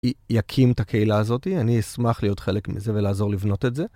יקים את הקהילה הזאת, אני אשמח להיות חלק מזה ולעזור לבנות את זה.